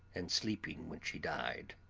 and sleeping when she died.